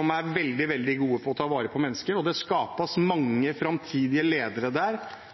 en er veldig, veldig god på å ta vare på mennesker. Og det skapes